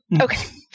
okay